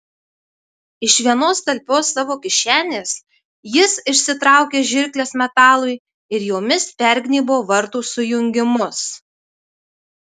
iš vienos talpios savo kišenės jis išsitraukė žirkles metalui ir jomis pergnybo vartų sujungimus